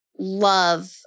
love